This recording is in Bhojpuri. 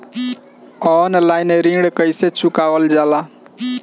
ऑनलाइन ऋण कईसे चुकावल जाला?